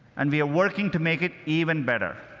and we are working to make it even better.